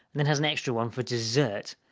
and then has an extra one for dessert.